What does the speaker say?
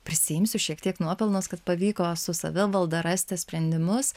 prisiimsiu šiek tiek nuopelnus kad pavyko su savivalda rasti sprendimus